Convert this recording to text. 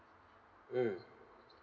mm